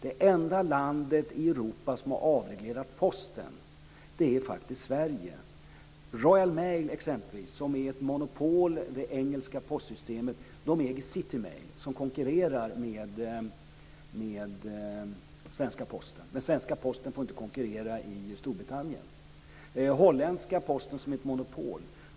Det enda landet i Europa som har avreglerat Posten är faktiskt T.ex. det engelska postsystemet Royal Mail är ett monopol som äger City Mail och konkurrerar med den svenska Posten. Men den svenska Posten får inte konkurrera i Storbritannien.